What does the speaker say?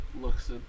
looks